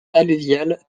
alluviale